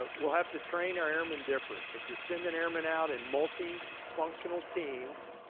but we'll have to train our airmen different. if you're sending airmen out in multi-functional teams,